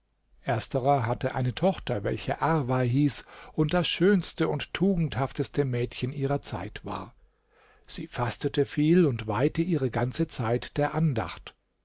ersterer hatte eine tochter welche arwa hieß und das schönste und tugendhafteste mädchen ihrer zeit war sie fastete viel und weihte ihre ganze zeit der andacht